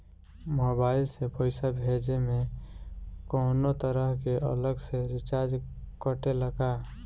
Mobile से पैसा भेजे मे कौनों तरह के अलग से चार्ज कटेला का?